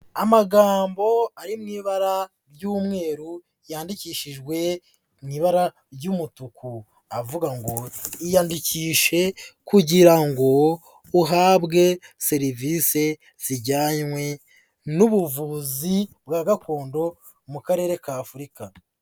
Amagambo ari mu ibara ry'umweru, yandikishijwe mu ibara ry'umutuku, avuga ngo: ''Iyandikishe kugira ngo uhabwe serivisi zijyanwe n'ubuvuzi bwa gakondo mu karere k'Afurika.''